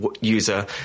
user